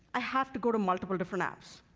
i have to go to multiple different apps.